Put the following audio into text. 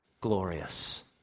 glorious